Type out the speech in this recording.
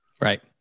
Right